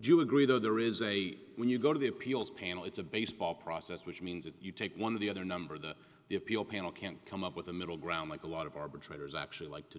do you agree that there is a when you go to the appeals panel it's a baseball process which means that you take one of the other number that the appeal panel can't come up with the middle ground like a lot of arbitrators actually like to